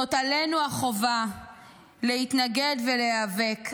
עלינו החובה להתנגד ולהיאבק.